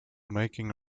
making